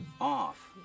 off